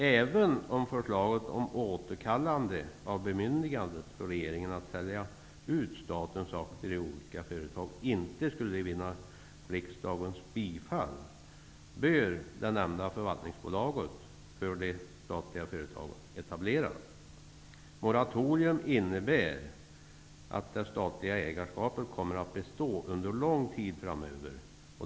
Även om förslaget om återkallande av bemyndigandet för regeringen att sälja ut statens aktier i olika företag inte skulle vinna riksdagens bifall, bör det nämnda förvaltningsbolaget för de statliga företagen etableras. Ett moratorium innebär att det statliga ägarskapet kommer att bestå under lång tid framöver.